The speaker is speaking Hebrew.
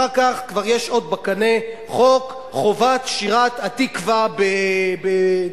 אחר כך כבר יש עוד בקנה חוק חובת שירת "התקווה" בדיונים.